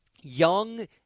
young